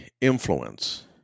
influence